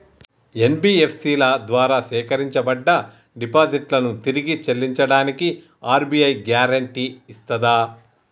NBFC ల ద్వారా సేకరించబడ్డ డిపాజిట్లను తిరిగి చెల్లించడానికి ఆర్.బి.ఐ గ్యారెంటీ ఇస్తదా?